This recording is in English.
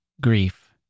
grief